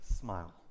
smile